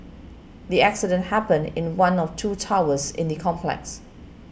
the accident happened in one of two towers in the complex